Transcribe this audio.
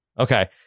Okay